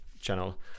channel